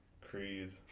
Creed